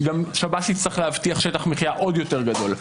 שירות בתי הסוהר יצטרך להבטיח שטח מחיה עוד יותר גדול.